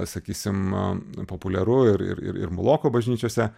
sakysim a populiaru ir ir ir ir muloko bažnyčiose